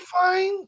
fine